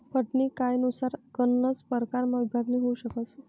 फंडनी कायनुसार गनच परकारमा विभागणी होउ शकस